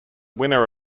winner